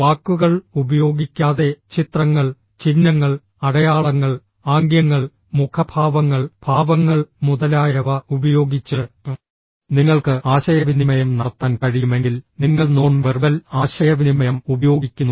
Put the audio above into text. വാക്കുകൾ ഉപയോഗിക്കാതെ ചിത്രങ്ങൾ ചിഹ്നങ്ങൾ അടയാളങ്ങൾ ആംഗ്യങ്ങൾ മുഖഭാവങ്ങൾ ഭാവങ്ങൾ മുതലായവ ഉപയോഗിച്ച് നിങ്ങൾക്ക് ആശയവിനിമയം നടത്താൻ കഴിയുമെങ്കിൽ നിങ്ങൾ നോൺ വെർബൽ ആശയവിനിമയം ഉപയോഗിക്കുന്നു